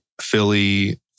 Philly